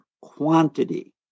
quantity